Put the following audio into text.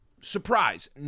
surprise